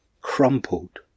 crumpled